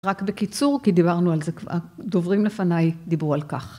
רק בקיצור, כי דיברנו על זה כבר, הדוברים לפניי דיברו על כך.